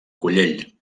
collell